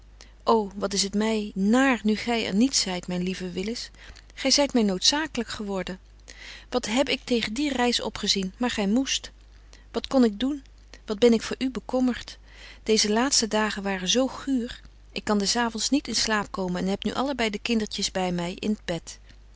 ô wat is het my naar nu gy er niet zyt myn lieve willis gy zyt my noodzaaklyk geworden wat heb ik tegen die reis opgezien maar gy moest wat kon ik doen wat ben ik voor u bekommert deeze laatste dagen waren zo guur ik kan des avonds niet in slaap komen en heb nu allebei de kindertjes by my in t bed